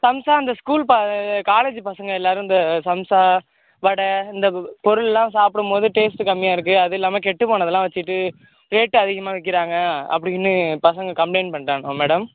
சமோசா இந்த ஸ்கூல் பா காலேஜ் பசங்க எல்லாரும் இந்த சமோசா வடை இந்த பொருள்லாம் சாப்பிடும்போது டேஸ்ட் கம்மியாகருக்கு அதில்லாமல் கெட்டு போனதுல்லாம் வச்சுட்டு ரேட் அதிகமாக விற்கிறாங்க அப்படின்னு பசங்க கம்ப்ளைண்ட் பண்ணுறானுவோ மேடம்